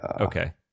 Okay